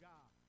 God